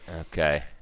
Okay